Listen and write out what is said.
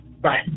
Bye